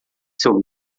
seu